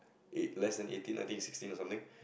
eight~ less than eighteen I think it's sixteen or something